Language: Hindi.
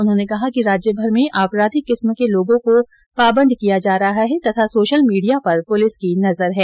उन्होंने कहा कि राज्य भर में आपराधिक किस्म के लोगों को पाबंद किया जा रहा है तथा सोशल मीडिया पर पुलिस की नजर है